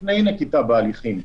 לפני נקיטה בהליכים,